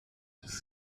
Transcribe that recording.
des